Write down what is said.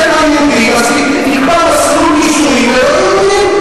הם לא יהודים, אז תקבע מסלול נישואים ללא-יהודים.